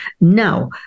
now